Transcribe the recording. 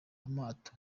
amato